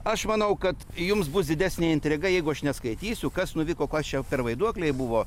aš manau kad jums bus didesnė intriga jeigu aš neskaitysiu kas nuvyko kas čia per vaiduokliai buvo